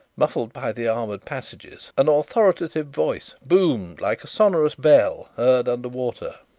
muffled by the armoured passages, an authoritative voice boomed like a sonorous bell heard under water.